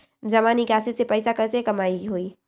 जमा निकासी से पैसा कईसे कमाई होई?